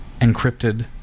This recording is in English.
encrypted